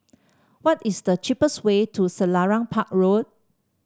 what is the cheapest way to Selarang Park Road